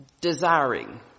desiring